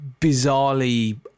bizarrely